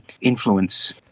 influence